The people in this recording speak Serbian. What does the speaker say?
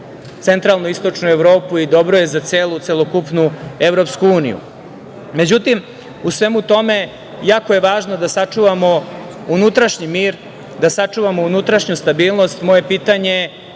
Centralnu i Istočnu Evropu i dobro je za celu celokupnu EU.Međutim, u svemu tome jako je važno da sačuvamo unutrašnji mir, da sačuvamo unutrašnju stabilnost. Moje pitanje